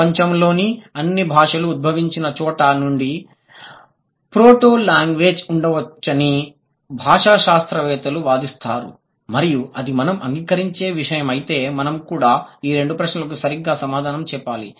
ప్రపంచంలోని అన్ని భాషలు ఉద్భవించిన చోట నుండి ప్రోటో లాంగ్వేజ్ ఉండవచ్చని భాషా శాస్త్రవేత్తలు వాదిస్తారు మరియు అది మనం అంగీకరించే విషయం అయితే మనం కూడా ఈ రెండు ప్రశ్నలకు సరిగ్గా సమాధానం చెప్పాలి